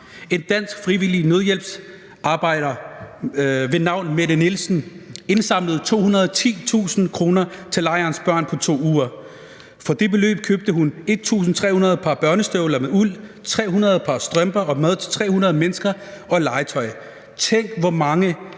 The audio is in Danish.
En dansk frivillig nødhjælpsarbejder ved navn Mette Nielsen indsamlede 210.000 kr. til lejrens børn på 2 uger. For det beløb købte hun 1.300 par børnestøvler med uld, 300 par strømper og mad til 300 mennesker og legetøj. Tænk, hvor mange